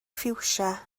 ffiwsia